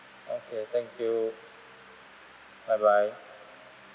okay thank you bye bye